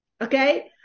okay